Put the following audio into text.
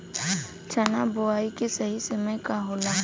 चना बुआई के सही समय का होला?